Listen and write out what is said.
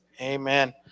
Amen